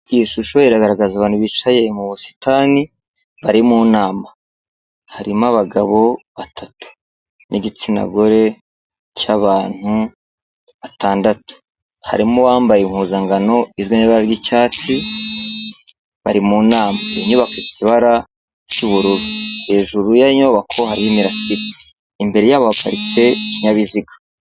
Iyi shusho iragaragaza abantu bicaye mu busitani, bari mu nama. Harimo abagabo batatu. N'igitsina gore cy'abantu batandatu. Harimo uwambaye impuzangano iri mu ibara ry'icyatsi ,bari mu nama .Inyubako ifite ibara ry'ubururu. Hejuru y'iyo nyubako hariho imirasire. Imbere y'ayo haparitse ikinyabiziga.